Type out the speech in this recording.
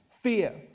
fear